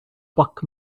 buck